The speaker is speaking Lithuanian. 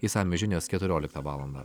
išsamios žinios keturioliktą valandą